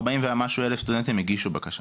ארבעים ומשהו אלף הגישו בקשה.